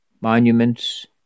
monuments